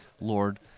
Lord